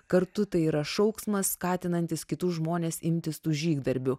kartu tai yra šauksmas skatinantis kitus žmones imtis tų žygdarbių